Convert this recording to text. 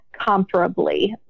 comparably